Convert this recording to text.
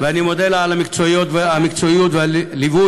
ואני מודה לה על המקצועיות ועל הליווי,